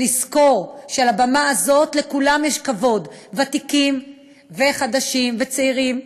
ולזכור שעל הבמה הזאת לכולם יש כבוד: ותיקים וחדשים וצעירים,